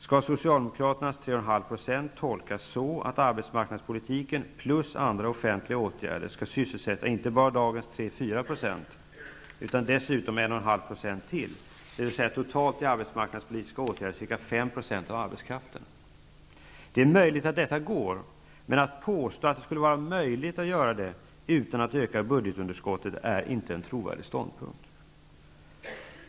Skall Socialdemokraternas 3,5 % tolkas så, att arbetsmarknadspolitiken plus andra offentliga åtgärder skall sysselsätta inte bara dagens 3--4 % utan dessutom ytterligare 1,5 %, dvs. totalt i arbetsmarknadspolitiksa åtgärder ca 5 % av arbetskraften? Det är möjligt att detta går, men att påstå att detta skulle vara möjligt utan ökat budgetunderskott är inte trovärdigt.